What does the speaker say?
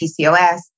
PCOS